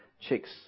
chicks